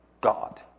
God